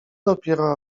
dopiero